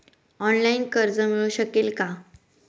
Online कर्ज मिळू शकेल का?